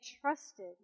trusted